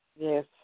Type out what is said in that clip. Yes